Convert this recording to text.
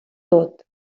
tot